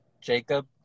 Jacob